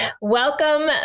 Welcome